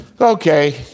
okay